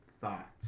thought